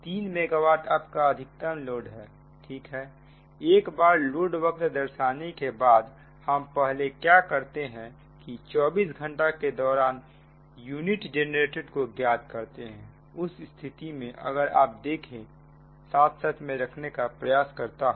3 megawatt आपका अधिकतम load है ठीक है एक बार लोडवक्र दर्शाने के बाद हम पहले क्या करते हैं कि 24 घंटे के दौरान ही यूनिट जेनरेटेड को ज्ञात करते हैं उस स्थिति में अगर आप देखें साथ साथ में रखने का प्रयास करता हूं